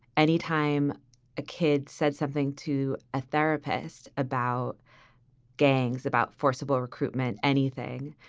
anytime a kid said something to a therapist about gangs, about forcible recruitment, anything,